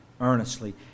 earnestly